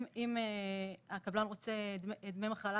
אם לצורך העניין הקבלן רוצה דמי מחלה,